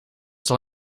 zal